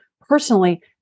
personally